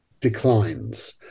declines